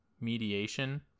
mediation